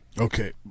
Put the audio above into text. Okay